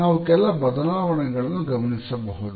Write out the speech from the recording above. ನಾವು ಕೆಲ ಬದಲಾವಣೆಗಳನ್ನು ಗಮನಿಸಬಹುದು